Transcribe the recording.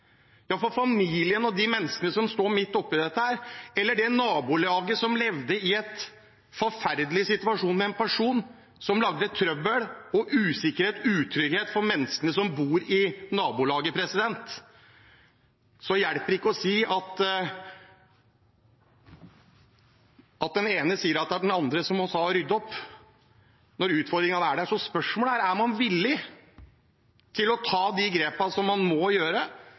For familien og de menneskene som står midt oppi dette, eller nabolaget som levde i en forferdelig situasjon med en person som lagde trøbbel, usikkerhet og utrygghet for menneskene som bodde i nabolaget, hjelper det ikke når den ene sier at den andre må rydde opp når utfordringene er der. Spørsmålet er om man er villig til å ta de grepene man må